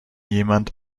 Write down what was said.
jemand